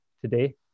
today